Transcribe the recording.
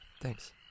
thanks